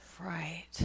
Right